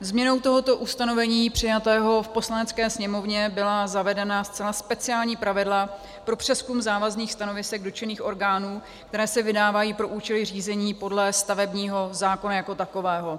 Změnou tohoto ustanovení přijatého v Poslanecké sněmovně byla zavedena zcela speciální pravidla pro přezkum závazných stanovisek dotčených orgánů, která se vydávají pro účely řízení podle stavebního zákona jako takového.